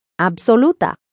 Absoluta